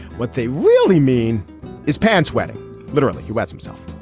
what they really mean is pants wetting literally wet himself.